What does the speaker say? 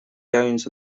gowns